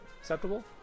acceptable